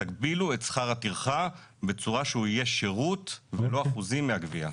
תגבילו את שכר הטרחה בצורה שהוא יהיה שירות ולא אחוזים מהגבייה.